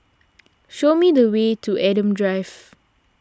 show me the way to Adam Drive